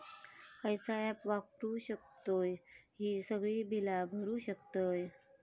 खयचा ऍप वापरू शकतू ही सगळी बीला भरु शकतय?